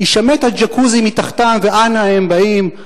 יישמט הג'קוזי מתחתם, ואנה הם באים.